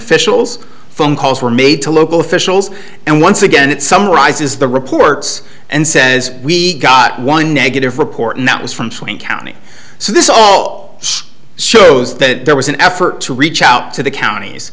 officials phone calls were made to local officials and once again it somewhere rises the reports and says we got one negative report and that was from swing county so this all shows that there was an effort to reach out to the counties